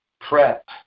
prep